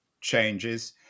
changes